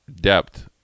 depth